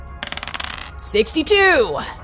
62